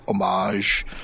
homage